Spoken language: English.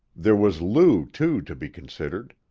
there was lou, too, to be considered.